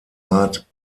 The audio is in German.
art